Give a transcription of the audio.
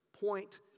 point